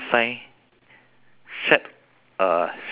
snack open my one shack open